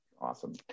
Awesome